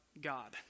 God